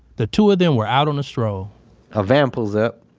the two of them were out on a stroll a van pulls up.